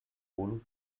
punt